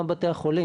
גם בתי החולים,